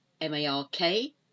M-A-R-K